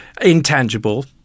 intangible